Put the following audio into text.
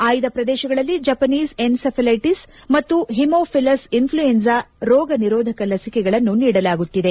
ಆಯ್ದ ಪ್ರದೇಶಗಳಲ್ಲಿ Japanese encephalitis ಮತ್ತು ಹಿಮೊಫಿಲಸ್ ಇನ್ಫ್ಲುಯೆಂಜಾ ರೋಗ ನಿರೋಧಕ ಲಸಿಕೆಗಳನ್ನು ನೀಡಲಾಗುತ್ತಿದೆ